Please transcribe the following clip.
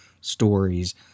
stories